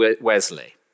Wesley